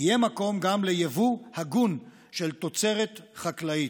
יהיה מקום גם ליבוא הגון של תוצרת חקלאית.